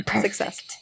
success